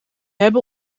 hebben